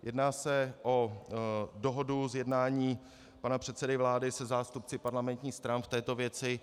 Jedná se o dohodu z jednání pana předsedy vlády se zástupci parlamentních stran v této věci.